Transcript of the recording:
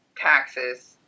taxes